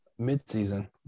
midseason